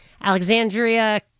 Alexandria